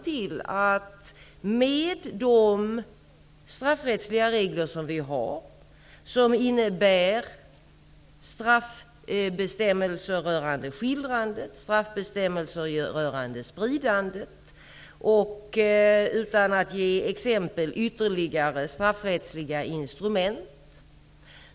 Vi har straffrättsliga regler rörande skildrandet och spridande och vi har också ytterligare straffsrättsliga instrument.